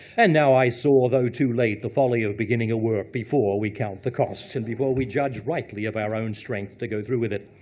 and now i saw, though too late, the folly of beginning a work before we count the costs, and before we judge rightly of our own strength to go through with it.